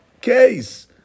case